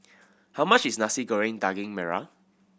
how much is Nasi Goreng Daging Merah